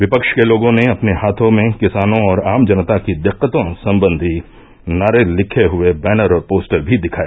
विपक्ष के लोगों ने अपने हाथों में किसानों और आम जनता की दिक्कतों सम्बंधी नारे लिखे हुए बैनर और पोस्टर भी दिखाया